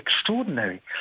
extraordinary